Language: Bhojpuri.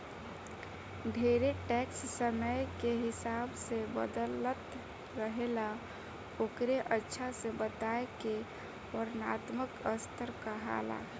ढेरे टैक्स समय के हिसाब से बदलत रहेला ओकरे अच्छा से बताए के वर्णात्मक स्तर कहाला